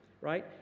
right